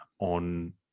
on